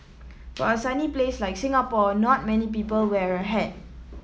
for a sunny place like Singapore not many people wear a hat